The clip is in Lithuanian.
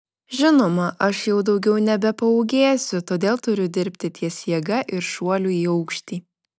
žinoma aš jau daugiau nebepaūgėsiu todėl turiu dirbti ties jėga ir šuoliu į aukštį